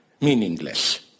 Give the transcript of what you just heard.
meaningless